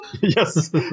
Yes